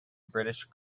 british